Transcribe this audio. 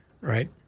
right